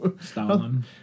Stalin